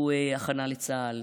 הוא הכנה לצה"ל,